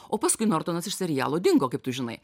o paskui nortonas iš serialo dingo kaip tu žinai